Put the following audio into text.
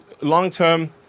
long-term